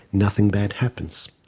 nothing bad happens.